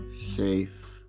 safe